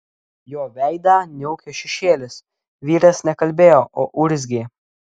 jo veidą niaukė šešėlis vyras ne kalbėjo o urzgė